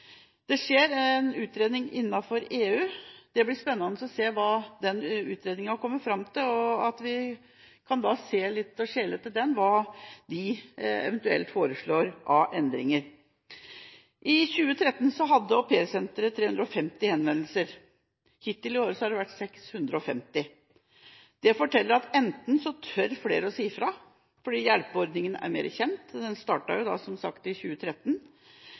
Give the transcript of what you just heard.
Det skjer en utredning innenfor EU. Det blir spennende å se hva den utredningen kommer fram til. Da kan vi skjele litt til den, hva man eventuelt foreslår av endringer. I 2013 hadde Au Pair Center 350 henvendelser. Hittil i år har det vært 650. Det forteller at enten tør flere å si fra, fordi hjelpeordningen er mer kjent – den startet som sagt i 2013,